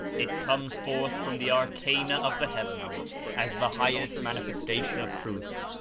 it comes forth from the arcana of the heavens as the highest manifes tation of truth,